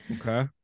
okay